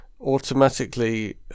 automatically